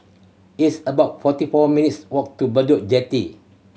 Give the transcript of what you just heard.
it's about forty four minutes' walk to Bedok Jetty